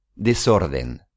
desorden